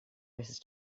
mrs